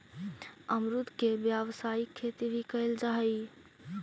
अमरुद के व्यावसायिक खेती भी कयल जा हई